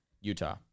Utah